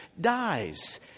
dies